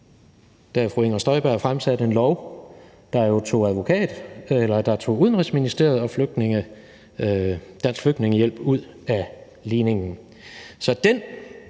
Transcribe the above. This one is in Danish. Inger Støjberg fremsatte et lovforslag, der tog Udenrigsministeriet og Dansk Flygtningehjælp ud af ligningen.